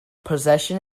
possession